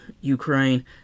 Ukraine